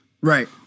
Right